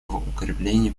укреплении